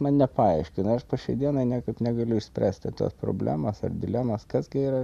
man nepaaiškina aš po šiai dienai niekaip negaliu išspręsti tos problemas ar dilemos kas gi yra